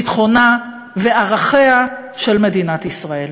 ביטחונה וערכיה של מדינת ישראל.